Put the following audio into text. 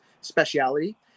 speciality